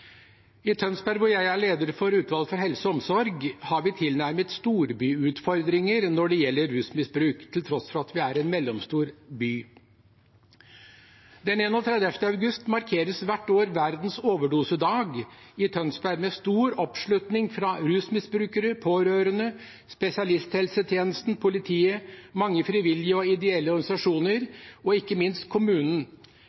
I Tønsberg, hvor jeg er leder for utvalget for helse og omsorg, har vi tilnærmet storbyutfordringer når det gjelder rusmisbruk, til tross for at vi er en mellomstor by. Den 31. august markeres hvert år verdens overdosedag i Tønsberg, med stor oppslutning fra rusmisbrukere, pårørende, spesialisthelsetjenesten, politiet, mange frivillige og ideelle organisasjoner